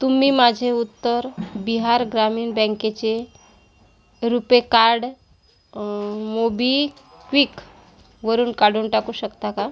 तुम्ही माझे उत्तर बिहार ग्रामीण बँकेचे रुपे कार्ड मोबिक्वीकवरून काढून टाकू शकता का